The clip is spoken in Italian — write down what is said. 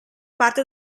parte